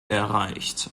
erreicht